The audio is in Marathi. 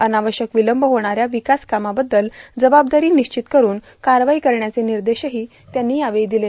अनावश्यक विलंब होणाऱ्या विकास कामाबद्दल जबाबदारी निश्चित करून कारवाई करण्याचे निर्देशही यावेळी त्यांनी दिले